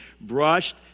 brushed